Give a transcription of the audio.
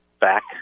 back